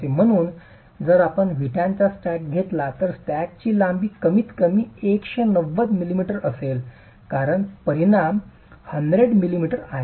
म्हणून जर आपण विटाचा स्टॅक घेतला तर स्टॅकची लांबी कमीतकमी 190 मिलिमीटर असेल तर इतर परिमाण 100 मिमी आहे